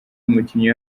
umukinnyi